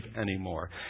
anymore